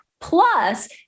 Plus